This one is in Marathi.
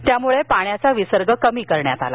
त्यामुळे पाण्याचा विसर्ग कमी करण्यात आला